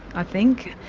i think.